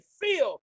feel